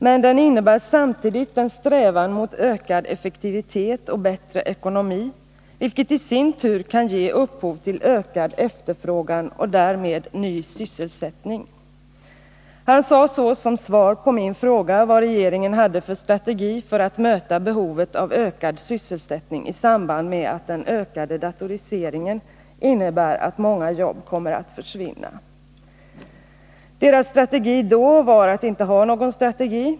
Men den innebär samtidigt en strävan mot ökad effektivitet och bättre ekonomi, vilket i sin tur kan ge upphov till ökad efterfrågan och därmed ny sysselsättning.” Han sade så som svar på min fråga vad regeringen hade för strategi för att möta behovet av ökad sysselsättning i samband med att den ökade datoriseringen innebär att många jobb kommer att försvinna. De borgerligas strategi då var att inte ha någon strategi.